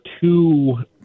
two